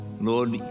Lord